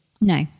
no